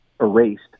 erased